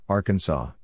Arkansas